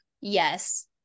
Yes